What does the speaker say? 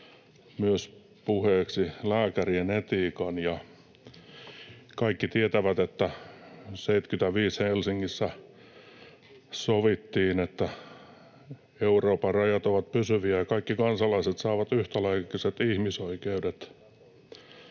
myös lääkärien etiikan. Kaikki tietävät, että vuonna 75 Helsingissä sovittiin, että Euroopan rajat ovat pysyviä ja kaikki kansalaiset saavat yhtäläiset ihmisoikeudet,